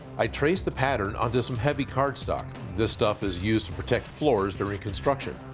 i traced the pattern onto some heavy card stock. this stuff is used to protect floors during construction,